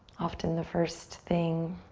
often the first thing